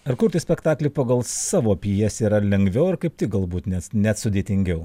ar kurti spektaklį pagal savo pjesę yra lengviau ar kaip tik galbūt nes net sudėtingiau